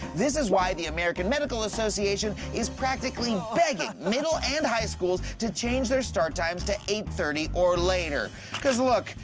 this is why the american medical association is practically begging middle and high schools to change their start times to eight thirty or later cause, look,